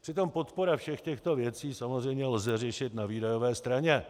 Přitom podporu všech těchto věcí lze samozřejmě řešit na výdajové straně.